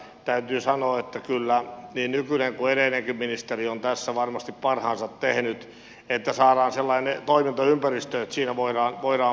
täytyy sanoa että kyllä niin nykyinen kuin edellinenkin ministeri on tässä varmasti parhaansa tehnyt että saadaan sellainen toimintaympäristö että siinä voidaan pärjätä